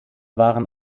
waren